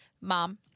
Mom